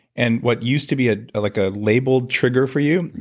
and what used to be ah like a labeled trigger for you,